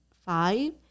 five